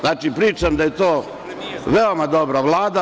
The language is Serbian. Znači, pričam da je to veoma dobra Vlada.